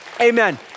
Amen